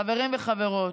חברים וחברות,